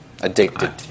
Addicted